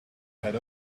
head